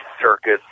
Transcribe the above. circus